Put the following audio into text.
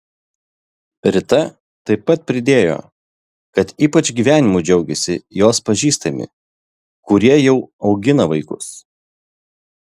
rita taip pat pridėjo kad ypač gyvenimu džiaugiasi jos pažįstami kurie jau augina vaikus